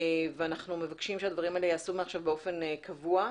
ואנחנו מבקשים שהדברים האלה ייעשו מעכשיו באופן קבוע,